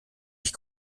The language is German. ich